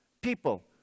people